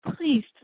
please